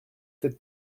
cette